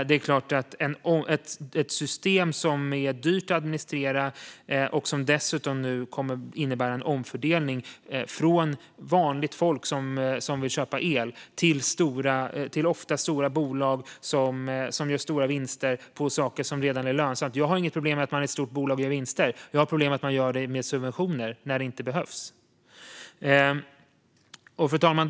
Det är ett system som är dyrt att administrera och som dessutom innebär en omfördelning från vanligt folk som vill köpa el till ofta stora bolag som gör stora vinster på sådant som redan är lönsamt. Jag har inga problem med att ett stort bolag gör vinster, men jag har problem med att bolaget gör det med hjälp av subventioner. Fru talman!